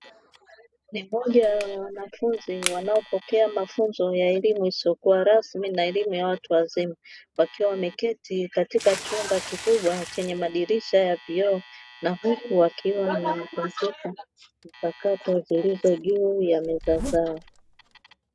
Ni moja ya wanafunzi wanaopokea mafunzo ya elimu isiyokuwa rasmi na elimu ya watu wazima, wakiwa wameketi katika chumba kikubwa chenye madirisha ya vioo na huku wakiwa na kompyuta mpakato zilizo juu ya meza zao.